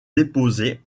déposée